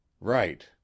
Right